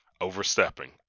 overstepping